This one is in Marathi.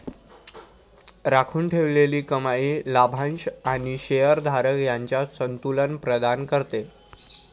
राखून ठेवलेली कमाई लाभांश आणि शेअर धारक यांच्यात संतुलन प्रदान करते